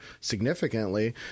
significantly